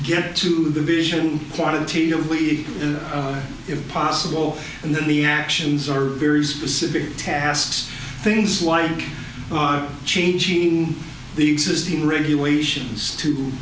get to the vision quantitatively if possible and then the actions are very specific tasks things like changing the existing regulations to